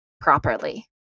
properly